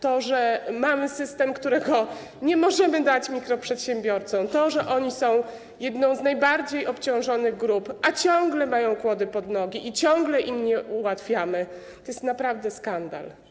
To, że mamy system, którego nie możemy dać mikroprzedsiębiorcom, to, że oni są jedną z najbardziej obciążonych grup, a ciągle mają kłody pod nogi i ciągle im nie ułatwiamy, to jest naprawdę skandal.